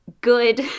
good